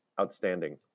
outstanding